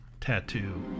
tattoo